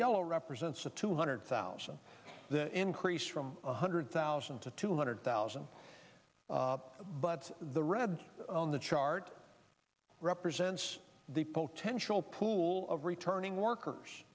yellow represents a two hundred thousand increase from one hundred thousand to two hundred thousand but the red on the chart represents the potential pool of returning workers